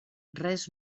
res